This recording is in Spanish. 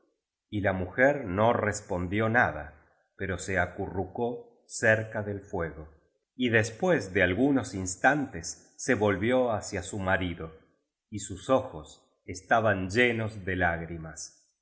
y la mujer no respondió nada pero se acurrucó cerca del fuego y después de algunos instantes se volvió hacia su marido y sus ojos estaban llenos de lágrimas